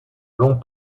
longs